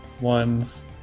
ones